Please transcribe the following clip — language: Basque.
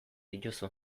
dituzu